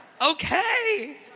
Okay